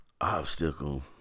obstacle